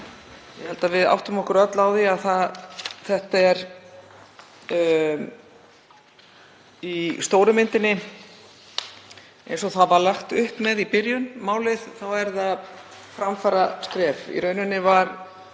ég held að við áttum okkur öll á því að málið er í stóru myndinni, eins og það var lagt upp með í byrjun, framfaraskref. Í rauninni var